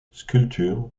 sculpture